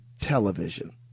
television